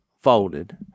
folded